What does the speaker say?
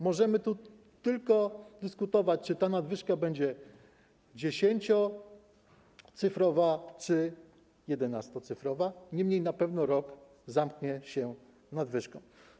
Możemy tylko dyskutować, czy ta nadwyżka będzie 10-cyfrowa czy 11-cyfrowa, niemniej na pewno rok zamknie się nadwyżką.